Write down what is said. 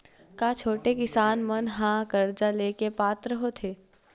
का छोटे किसान मन हा कर्जा ले के पात्र होथे?